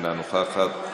אינה נוכחת,